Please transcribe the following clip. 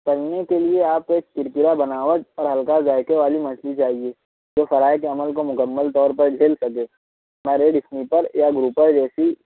تلنے کے لیے آپ کو ایک کرکرا بناوٹ اور ہلکا ذائقے والی مچھلی چاہیے جو فرائی کے عمل کو مکمل طور پر گریل کر دے مریج سنیپر یا گروپر جیسی